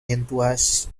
enthusiasts